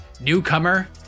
newcomer